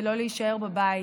ולא להישאר בבית.